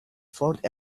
fort